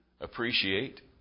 Appreciate